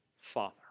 Father